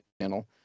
channel